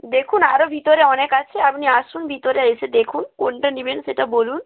দেখুন আরও ভিতরে অনেক আছে আপনি আসুন ভিতরে এসে দেখুন কোনটা নেবেন সেটা বলুন